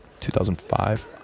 2005